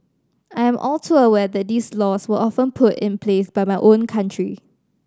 I am all too aware that these laws were often put in place by my own country